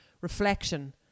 reflection